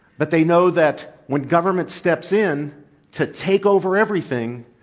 but they know that when government steps in to take over everything,